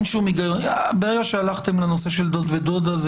ברגע שהלכתם לנושא של דוד ודודה,